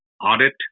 Audit